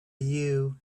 you